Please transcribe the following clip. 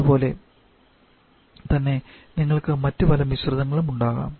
അതുപോലെ തന്നെ നിങ്ങൾക്ക് മറ്റ് പല മിശ്രിതങ്ങളും ഉണ്ടാക്കാം